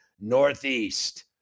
Northeast